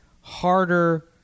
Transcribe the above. harder